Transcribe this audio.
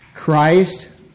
Christ